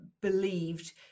believed